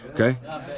Okay